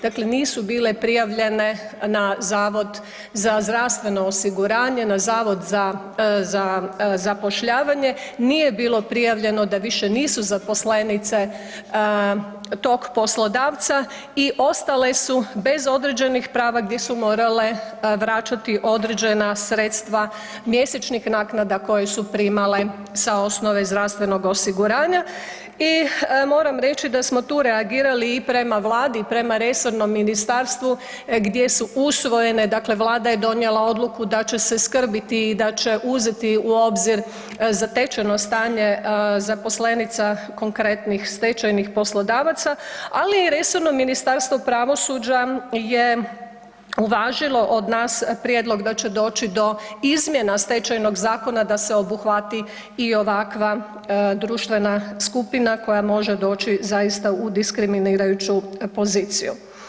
Dakle nisu bile prijavljene na HZZO, na HZZ, nije bilo prijavljeno da više nisu zaposlenice tog poslodavca i ostale su bez određenih prava gdje su morale vraćati određena sredstva mjesečnih naknada koje su primale sa osnove zdravstvenog osiguranja i moram reći da smo tu reagirali i prema Vladi i prema resornom ministarstvu gdje su usvojene, dakle Vlada je donijela odluku da će se skrbiti i da će uzeti u obzir zatečeno stanje zaposlenica konkretnih stečajnih poslodavaca, ali i resorno Ministarstvo pravosuđa je uvažilo od nas prijedlog da će doći do izmjena Stečajnog zakona da se obuhvati i ovakva društvena skupina koja može doći zaista u diskriminirajuću poziciju.